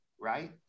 right